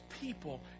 people